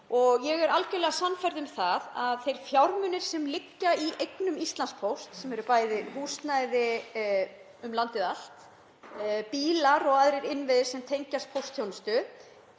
ég er algerlega sannfærð um það að þeim fjármunum sem liggja í eignum Íslandspósts, sem er bæði húsnæði um landið, bílar og aðrir innviðir sem tengjast póstþjónustu,